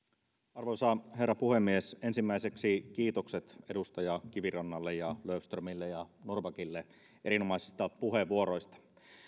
arvoisa herra puhemies ensimmäiseksi kiitokset edustaja kivirannalle löfströmille ja norrbackille erinomaisista puheenvuoroista